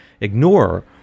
ignore